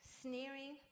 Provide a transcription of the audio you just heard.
sneering